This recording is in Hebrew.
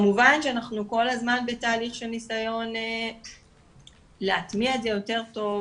כמובן שאנחנו כל הזמן בתהליך של ניסיון להטמיע את זה יותר טוב,